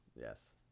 Yes